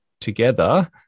together